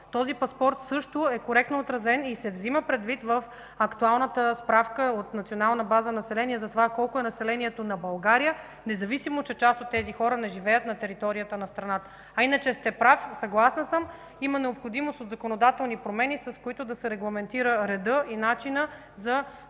Този паспорт също е коректно отразен и се взима предвид в актуалната справка от Национална база „Население” за това колко е населението на България, независимо че част от тези хора не живеят на територията на страната. Иначе сте прав, съгласна съм, има необходимост от законодателни промени, с които да се регламентират редът и начинът за формиране